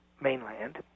mainland